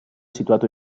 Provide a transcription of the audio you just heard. situato